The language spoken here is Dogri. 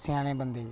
स्याने बंदे गी